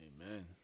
Amen